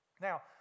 Now